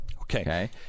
Okay